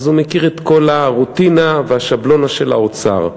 מכיר את כל הרוטינה והשבלונה של האוצר,